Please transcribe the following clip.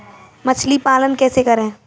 मछली पालन कैसे करें?